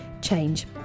change